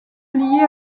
liés